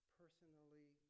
personally